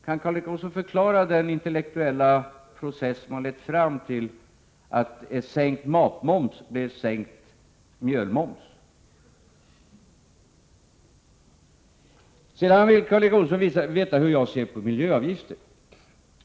Kan Karl Erik Olsson förklara denintellektuella process som har lett fram till att sänkt matmoms blev sänkt mjölmoms? Karl Erik Olsson vill veta hur jag ser på miljöavgifter.